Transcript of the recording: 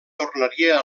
tornaria